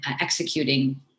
executing